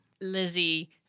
Lizzie